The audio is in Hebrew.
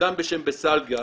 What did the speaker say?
אדם בשם בסלגה,